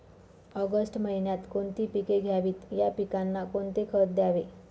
August महिन्यात कोणती पिके घ्यावीत? या पिकांना कोणते खत द्यावे?